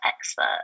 expert